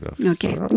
Okay